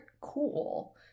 cool